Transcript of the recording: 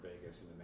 Vegas